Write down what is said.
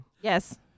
Yes